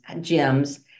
gems